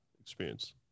experience